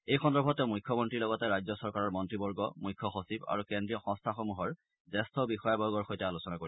এই সন্দৰ্ভত তেওঁ মুখ্যমন্নীৰ লগতে ৰাজ্য চৰকাৰৰ মন্নীবৰ্গ মুখ্য সচিব আৰু কেজ্ৰীয় সংস্থাসমূহৰ জ্যেষ্ঠ বিষয়াবৰ্গৰ সৈতে আলোচনা কৰিব